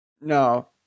No